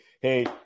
Hey